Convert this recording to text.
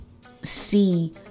see